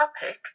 topic